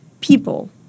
people